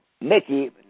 Mickey